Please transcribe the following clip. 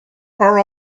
are